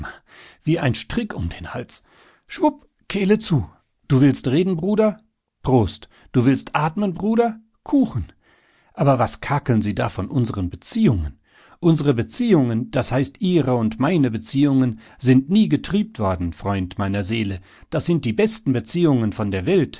wie ein strick um den hals schwupp kehle zu du willst reden bruder prost du willst atmen bruder kuchen aber was kakeln sie da von unseren beziehungen unsere beziehungen das heißt ihre und meine beziehungen sind nie getrübt worden freund meiner seele das sind die besten beziehungen von der welt